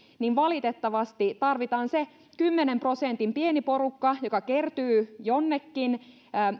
valitettavasti tarvitaan se kymmenen prosentin pieni porukka joka kertyy jonnekin